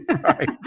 Right